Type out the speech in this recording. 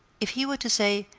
if he were to say,